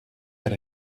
per